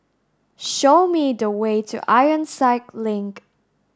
show me the way to Ironside Link